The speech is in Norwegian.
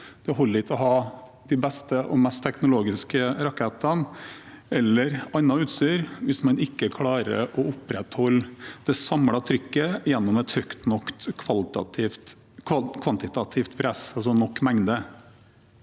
Det holder ikke å ha de beste og mest teknologiske rakettene eller annet utstyr hvis man ikke klarer å opprettholde det samlede trykket gjennom et høyt nok kvantitativt press, altså nok mengde.